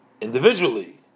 individually